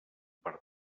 per